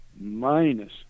minus